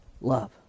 love